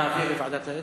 תעביר לוועדת האתיקה.